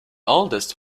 oldest